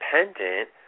independent